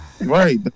Right